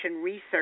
research